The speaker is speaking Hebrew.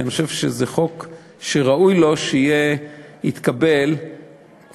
כי אני חושב שזה חוק שראוי לו שיתקבל פה-אחד,